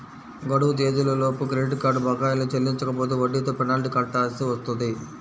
గడువు తేదీలలోపు credit card బకాయిల్ని చెల్లించకపోతే వడ్డీతో పెనాల్టీ కట్టాల్సి వత్తది